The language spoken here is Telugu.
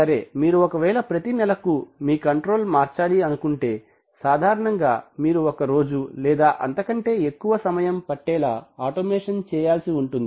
సరే మీరు ఒకవేళ ప్రతి నెలకు మీ కంట్రోల్స్ మార్చాలి అనుకుంటే సాధారణంగా మీరు ఒక రోజు లేదా అంతకంటే తక్కువ సమయం పట్టేలా ఆటోమేషన్ చేయాల్సి ఉంటుంది